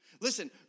Listen